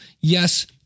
Yes